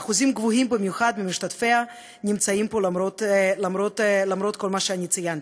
ואחוזים גבוהים במיוחד ממשתתפיה נמצאים פה למרות כל מה שציינתי.